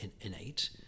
innate